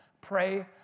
pray